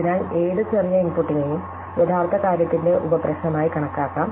അതിനാൽ ഏത് ചെറിയ ഇൻപുട്ടിനെയും യഥാർത്ഥ കാര്യത്തിന്റെ ഉപ പ്രശ്നമായി കണക്കാക്കാം